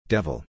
Devil